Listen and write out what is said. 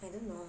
I don't know